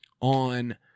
on